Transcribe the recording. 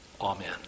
Amen